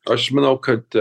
aš manau kad